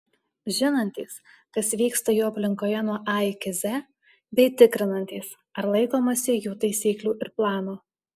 žinantys kas vyksta jų aplinkoje nuo a iki z bei tikrinantys ar laikomasi jų taisyklų ir plano